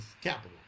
capital